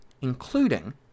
including